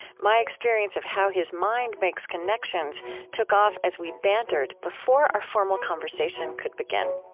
my experience of how his mind makes connections took off as we bantered, before our formal conversation could begin